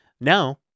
Now